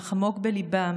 אך עמוק בליבם